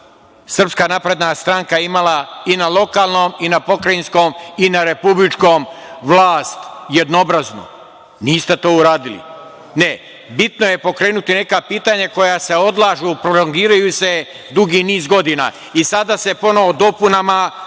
mandatu SNS imala i na lokalnom i na pokrajinskom i na republičkom vlast jednobraznu. Niste to uradili. Ne, bitno je pokrenuti neka pitanja koja se odlažu, prolongiraju se dugi niz godina i sada se ponovo dopunama